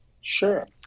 Sure